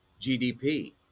GDP